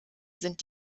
sind